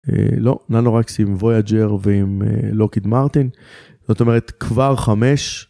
לא, ננורקסים ווייג'ר ועם לוקיד מרטין, זאת אומרת כבר חמש.